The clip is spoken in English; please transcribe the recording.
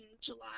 july